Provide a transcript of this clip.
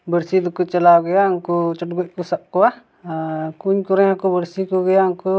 ᱵᱟᱺᱲᱥᱤ ᱫᱚᱠᱚ ᱪᱟᱞᱟᱣ ᱜᱮᱭᱟ ᱩᱱᱠᱩ ᱪᱚᱰᱜᱚᱡ ᱠᱚ ᱥᱟᱵ ᱠᱚᱣᱟ ᱟᱨ ᱠᱩ ᱠᱚᱨᱮ ᱦᱚᱸ ᱠᱚ ᱵᱟᱺᱲᱥᱤ ᱠᱚᱜᱮᱭᱟ ᱩᱱᱠᱩ